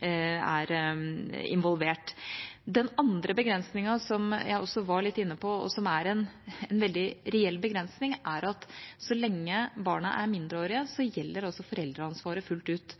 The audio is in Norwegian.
er involvert. Den andre begrensningen som jeg også var litt inne på, og som er en veldig reell begrensning, er at så lenge barna er mindreårige, gjelder foreldreansvaret fullt ut.